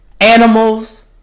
animals